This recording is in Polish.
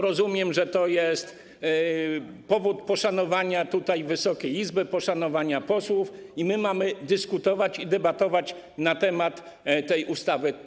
Rozumiem, że to jest powód poszanowania Wysokiej Izby, poszanowania posłów i my mamy dyskutować i debatować na temat tej ustawy.